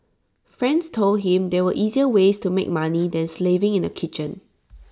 friends told him there were easier ways to make money than slaving in A kitchen